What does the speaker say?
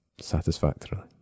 satisfactorily